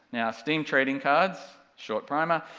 now, steam trading cards, short primer,